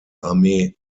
armee